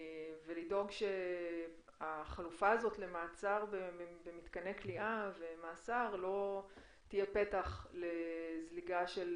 ולדאוג שהחלופה הזו למעצר במתקני כליאה ומאסר לא תהיה פתח לזליגה של